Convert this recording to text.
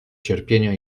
cierpienia